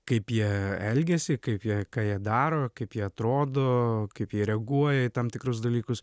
kaip jie elgiasi kaip jie ką jie daro kaip jie atrodo kaip jie reaguoja į tam tikrus dalykus